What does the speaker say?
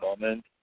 moment